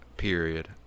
period